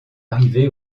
arrivé